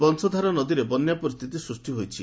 ବଂଶଧାରା ନଦୀରେ ବନ୍ୟା ପରିସ୍ଥିତି ସୃଷ୍ଟି ହୋଇଛି